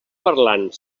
parlant